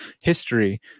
history